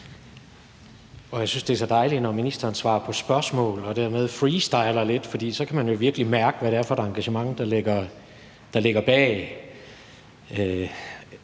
Jeg synes, det er så dejligt, når ministeren svarer på spørgsmål og dermed freestyler lidt, for så kan man jo virkelig mærke, hvad det er for et engagement, der ligger bag. Når